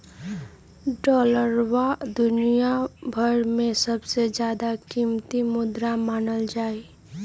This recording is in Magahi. डालरवा दुनिया भर में सबसे ज्यादा कीमती मुद्रा मानल जाहई